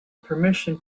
permission